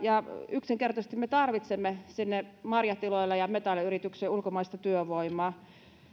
yksinkertaisesti me tarvitsemme sinne marjatiloille ja metalliyrityksille ulkomaista työvoimaa